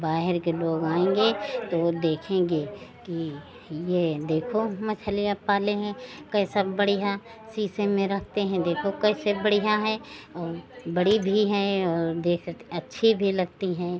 बाहर के लोग आएँगे तो वह देखेंगे कि यह देखो मछलियाँ पाले हैं कैसा बढ़िया शीशे में रखते हैं देखो कैसे बढ़िया है और बड़ी भी हैं और देख कर अच्छी भी लगती हैं